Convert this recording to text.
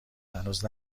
هنوز